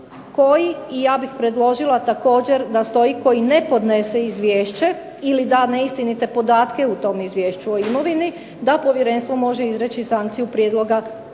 koji, i ja bih predložila također da stoji koji ne podnese izvješće ili da neistinite podatke u tom Izvješću o imovini, da povjerenstvo može izreći sankciju prijedloga